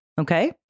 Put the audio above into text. Okay